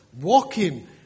walking